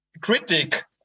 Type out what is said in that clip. critic